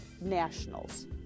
nationals